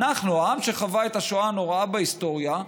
אנחנו העם שחווה את השואה הנוראה בהיסטוריה,